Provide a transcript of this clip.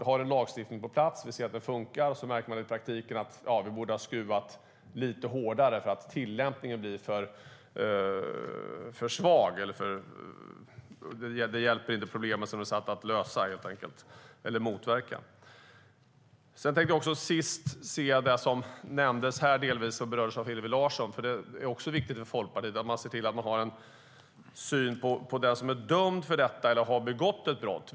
Vi har en lagstiftning på plats, vi ser att den funkar, och så märker vi i praktiken att vi borde ha skruvat lite hårdare när tillämpningen blir för svag och inte hjälper mot de problem som lagstiftningen är satt att lösa eller motverka. Hillevi Larsson berörde något som också är viktigt för Folkpartiet, och det är synen på den som är dömd för detta eller har begått ett brott.